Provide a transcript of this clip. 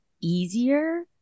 easier